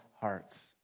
hearts